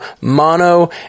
mono